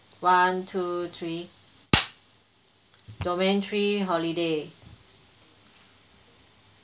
one two three domain three holiday